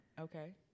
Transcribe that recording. okay